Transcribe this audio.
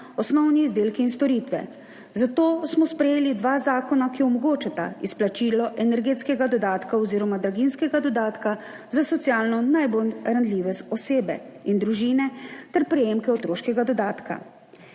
osnovni izdelki in storitve. Za to smo sprejeli dva zakona, ki omogočata izplačilo energetskega dodatka oziroma draginjskega dodatka za socialno najbolj ranljive osebe in družine ter prejemke otroškega dodatka.